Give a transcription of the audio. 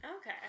Okay